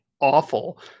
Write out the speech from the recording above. awful